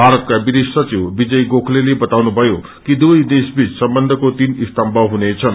भारतका विदेश सचिव विजय गोखलेले बताउनुभयो कि दुवै देशबीच सम्बन्धको तीनस्तम्म हुनेछन्